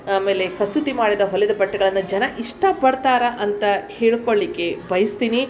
ಆಮೇಲೆ ಕಸೂತಿ ಮಾಡಿದ ಹೊಲಿದ ಬಟ್ಟೆಗಳನ್ನು ಜನ ಇಷ್ಟಪಡ್ತಾರೆ ಅಂತ ಹೇಳ್ಕೊಳ್ಲಿಕ್ಕೆ ಬಯಸ್ತೀನಿ